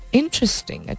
interesting